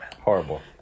Horrible